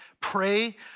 pray